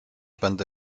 będę